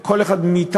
כל אחד מאתנו,